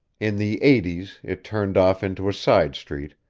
in the eighties it turned off into a side street,